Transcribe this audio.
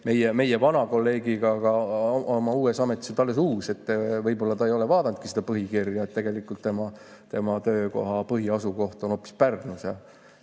meie vana kolleegiga, aga oma praeguses ametis on ta alles uus, võib-olla ta ei ole vaadanudki põhikirjast, et tegelikult tema töökoha põhiasukoht on hoopis Pärnus.